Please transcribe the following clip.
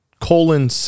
colon